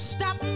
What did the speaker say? Stop